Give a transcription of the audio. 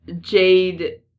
Jade